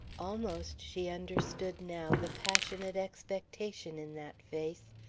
almost she understood now the passionate expectation in that face,